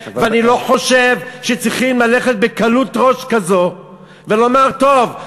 ואני לא חושב שצריכים ללכת בקלות ראש כזו ולומר: טוב,